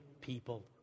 people